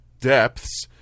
depths